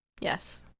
Yes